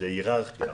זו היררכיה.